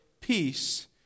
peace